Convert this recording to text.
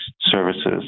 services